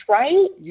right